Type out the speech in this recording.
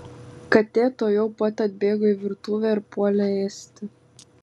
katė tuojau pat atbėgo į virtuvę ir puolė ėsti